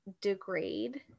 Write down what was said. degrade